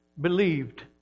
believed